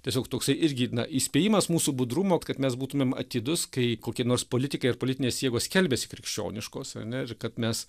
tiesiog toksai irgi na įspėjimas mūsų budrumo kad mes būtumėm atidūs kai kokie nors politikai ar politinės jėgos skelbiasi krikščioniškos ar ne ir kad mes